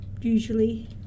usually